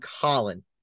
Colin